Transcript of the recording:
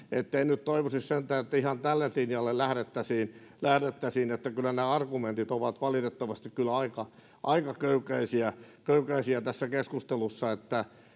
en nyt toivoisi sentään että ihan tälle linjalle lähdettäisiin lähdettäisiin kyllä nämä argumentit ovat valitettavasti aika aika köykäisiä köykäisiä tässä keskustelussa